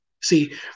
See